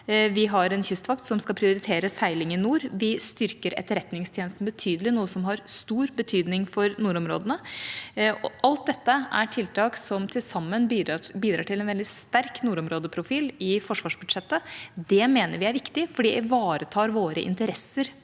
Vi har en kystvakt som skal prioritere seiling i nord. Vi styrker etterretningstjenesten betydelig, noe som har stor betydning for nordområdene. Alt dette er tiltak som til sammen bidrar til en veldig sterk nordområdeprofil i forsvarsbudsjettet. Det mener vi er viktig, for det ivaretar våre interesser